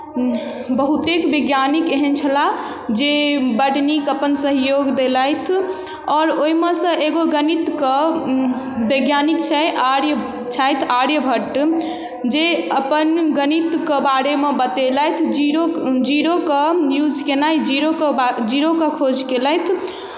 बहुतेक वैज्ञानिक एहन छलाह जे बड्ड नीक अपन सहयोग देलथि आओर ओहिमे सँ एगो गणितके वैज्ञानिक छै आर्य छथि आर्यभट्ट जे अपन गणितके बारेमे बतेलथि जीरो जीरोके यूज केनाय जीरो जीरोके खोज केलथि